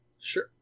Sure